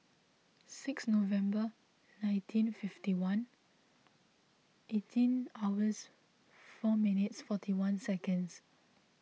six November nineteen fifty one eighteen hours four minutes forty one seconds